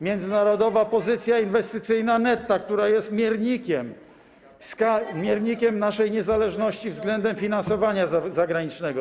Międzynarodowa pozycja inwestycyjna netto, która jest miernikiem naszej niezależności względem finansowania zagranicznego.